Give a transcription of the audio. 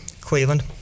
cleveland